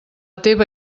teva